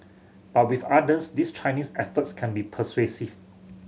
but with others these Chinese efforts can be persuasive